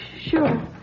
sure